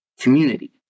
community